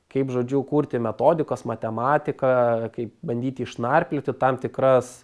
kaip žodžiu kurti metodikas matematiką kaip bandyti išnarplioti tam tikras